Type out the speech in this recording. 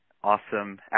awesome